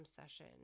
session